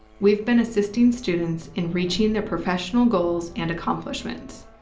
we've been assisting students in reaching their professional goals and accomplishments.